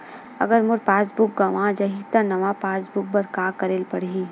अगर मोर passbook गवां जाहि त नवा पास बुक बर का करे ल पड़हि?